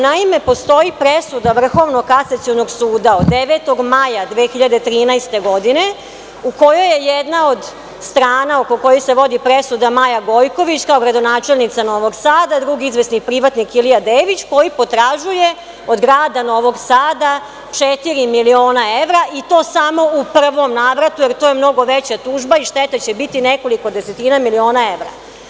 Naime, postoji presuda Vrhovnog kasacionog suda od 9. maja 2013. godine u kojoj je jedna od strana oko kojih se vodi presuda Maja Gojković, kao gradonačelnica Novog Sada, drugi izvesni privatnik Ilija Dević, koji potražuje od grada Novog Sada, četiri miliona evra i to samo u prvom navratu, jer to je mnogo veća tužba i šteta će biti nekoliko desetina miliona evra.